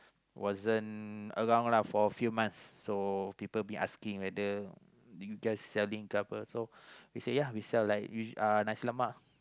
wasn't around lah for a few months so people been asking whether you guys selling ke apa so we say ya we selling like uh nasi-lemak